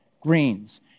greens